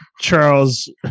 Charles